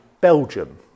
Belgium